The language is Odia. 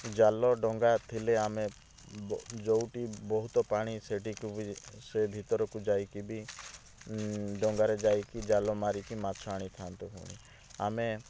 ଜାଲ ଡଙ୍ଗା ଥିଲେ ଆମେ ଯେଉଁଠି ବହୁତ ପାଣି ସେଠିକୁ ବି ସେ ଭିତରକୁ ଯାଇକି ବି ଡଙ୍ଗାରେ ଯାଇକି ଜାଲ ମାରିକି ମାଛ ଆଣିଥାନ୍ତୁ ଆମେ